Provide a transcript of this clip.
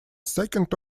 second